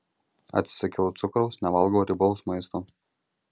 atsisakiau cukraus nevalgau riebaus maisto